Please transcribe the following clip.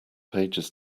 pages